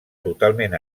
totalment